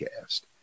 cast